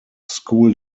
school